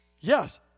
Yes